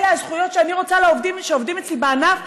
אלה הזכויות לעובדים שעובדים אצלי בענף,